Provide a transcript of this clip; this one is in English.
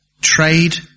trade